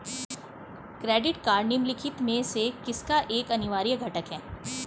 Credit card निम्नलिखित में से किसका एक अनिवार्य घटक है?